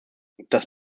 das